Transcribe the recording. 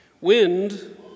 Wind